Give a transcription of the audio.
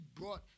brought